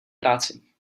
práci